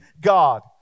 God